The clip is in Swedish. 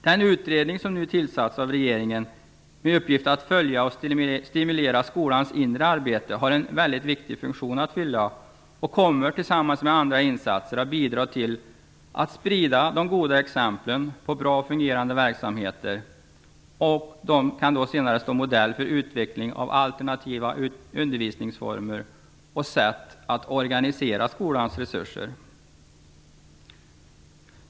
Den utredningen som nu har tillsats av regeringen med uppgift att följa och stimulera skolans inre arbete har en viktig funktion att fylla och kommer tillsammans med andra insatser att bidra till att sprida de goda exemplen på bra fungerande verksamheter. De kan senare stå modell för utveckling av alternativa undervisningsformer och sätt att organisera skolans resurser.